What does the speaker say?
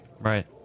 Right